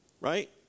Right